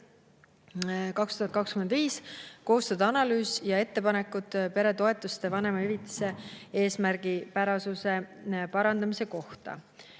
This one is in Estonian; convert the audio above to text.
2025 koostada analüüs ja ettepanekud peretoetuste ja vanemahüvitise eesmärgipärasuse parandamise kohta. Teine